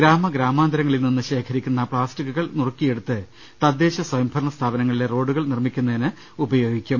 ഗ്രാമഗ്രാമാന്തരങ്ങളിൽ നിന്ന് ശേഖരി ക്കുന്ന പ്താസ്റ്റിക്കുകൾ നുറുക്കിയെടുത്ത് തദ്ദേശസ്വയംഭരണ സ്ഥാപനങ്ങളിലെ റോഡുകൾ നിർമ്മിക്കുന്നതിന് ഉപയോഗിക്കും